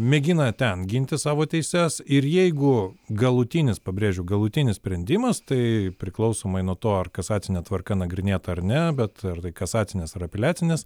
mėgina ten ginti savo teises ir jeigu galutinis pabrėžiu galutinis sprendimas tai priklausomai nuo to ar kasacine tvarka nagrinėta ar ne bet ar tai kasacinės ar apeliacinės